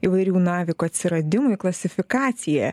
įvairių navikų atsiradimui klasifikaciją